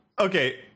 okay